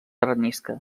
arenisca